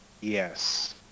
yes